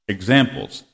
Examples